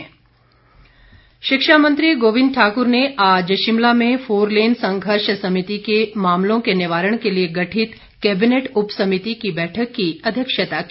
गोविंद ठाकुर शिक्षा मंत्री गोविंद ठाकुर ने आज शिमला में फोरलेन संघर्ष समिति के मामलों के निवारण के लिए गठित कैबिनेट उपसमिति की बैठक की अध्यक्षता की